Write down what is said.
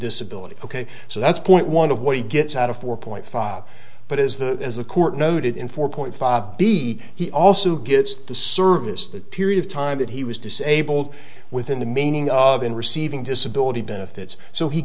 disability ok so that's point one of what he gets out of four point five but as the as the court noted in four point five b he also gets to service that period of time that he was disabled within the meaning of in receiving disability benefits so he